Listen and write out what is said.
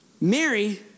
Mary